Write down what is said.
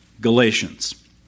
Galatians